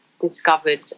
discovered